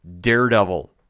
Daredevil